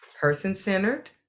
person-centered